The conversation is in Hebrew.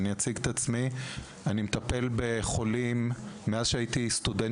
אני מטפל בחולים מאז שהייתי סטודנט